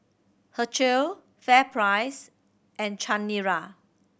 Herschel FairPrice and Chanira